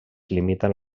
limiten